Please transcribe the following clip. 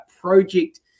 project